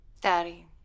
Daddy